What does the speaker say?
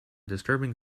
disturbing